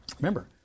Remember